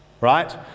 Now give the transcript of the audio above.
right